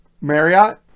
Marriott